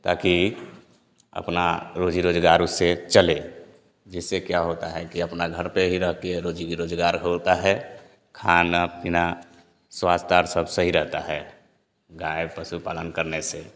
ताकी अपना रोजी रोजगार उससे चले इससे क्या होता है कि अपना घर पर ही रह कर रोजी रोजगार होता है खाना पीना सब स्वास्थय हार सब सही रहता है गाय पशुपालन करने से